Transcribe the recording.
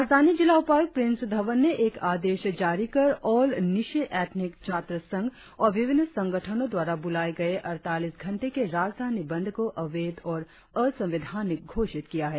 राजधानी जिला उपायुक्त प्रिंस धवन ने एक आदेश जारी कर ऑल न्यीशी एटनिक छात्र संघ और विभिन्न संगठनों द्वारा ब्रलाए गए अड़तालीस घंटे के राजधानी बंद को अवैध और असंवेधानिक घोषित किया है